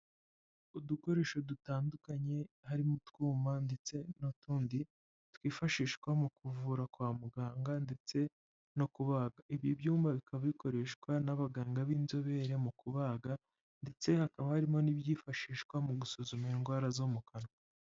Udukoresho dutandukanye harimo utwuma ndetse n'utundi twifashishwa mu kuvura kwa muganga ndetse no kubaga. Ibi byuma bikaba bikoreshwa n'abaganga b'inzobere mu kubaga ndetse hakaba harimo n'ibyifashishwa mu gusuzuma indwara zo mu kanwa.